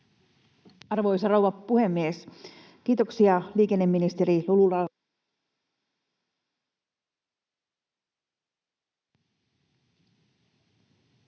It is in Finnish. Arvoisa rouva puhemies! Kiitoksia liikenneministeri Lulu